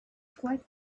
quite